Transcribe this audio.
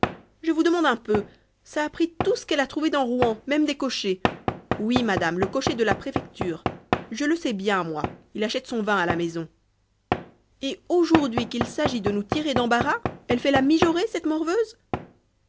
je vous demande un peu ça a pris tout ce qu'elle a trouvé dans rouen même des cochers oui madame le cocher de la préfecture je le sais bien moi il achète son vin à la maison et aujourd'hui qu'il s'agit de nous tirer d'embarras elle fait la mijaurée cette morveuse